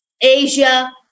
Asia